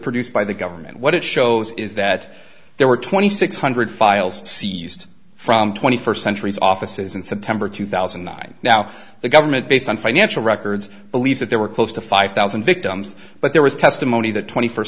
produced by the government what it shows is that there were twenty six hundred files seized from twenty first century offices in september two thousand and nine now the government based on financial records believed that there were close to five thousand victims but there was testimony that twenty first